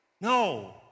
No